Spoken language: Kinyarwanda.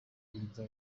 yumva